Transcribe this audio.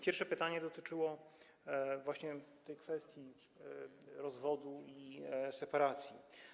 Pierwsze pytanie dotyczyło właśnie kwestii rozwodu i separacji.